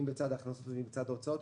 אם בצד ההכנסות ואם בצד ההוצאות,